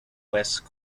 west